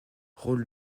rôle